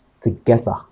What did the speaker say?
together